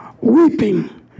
Weeping